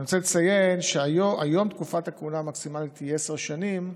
אני רוצה לציין שהיום תקופת הכהונה המקסימלית היא עשר שנים.